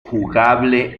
jugable